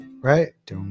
Right